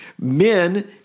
Men